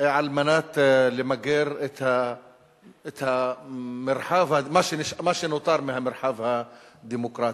על מנת למגר את מה שנותר מהמרחב הדמוקרטי.